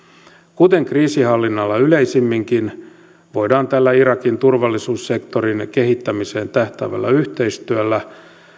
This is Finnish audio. kuten kriisinhallinnalla yleisimminkin voidaan tällä irakin turvallisuussektorin kehittämiseen tähtäävällä yhteistyöllä